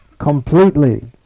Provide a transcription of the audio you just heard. completely